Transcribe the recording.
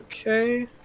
Okay